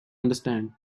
understand